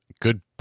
good